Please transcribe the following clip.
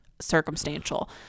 circumstantial